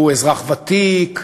הוא אזרח ותיק?